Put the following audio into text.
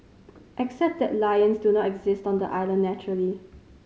except that lions do not exist on the island naturally